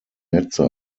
netze